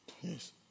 Yes